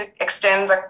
extends